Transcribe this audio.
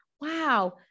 Wow